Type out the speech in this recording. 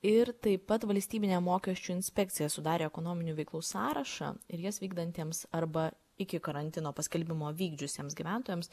ir taip pat valstybinė mokesčių inspekcija sudarė ekonominių veiklų sąrašą ir jas vykdantiems arba iki karantino paskelbimo vykdžiusiems gyventojams